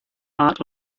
art